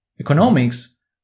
Economics